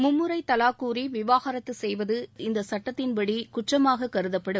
மும்முறை தலாக் கூறி விவாகரத்து செய்வது இந்த சட்டத்தின்படி குற்றமாக கருதப்படும்